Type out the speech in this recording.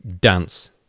Dance